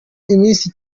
iminsi